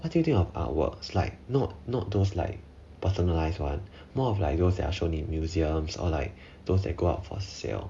what do you think of artworks like not not those like butterflies one more of like those that are shown in museums or like those that go up for sale